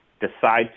decide